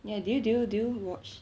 ya do you do you do you watch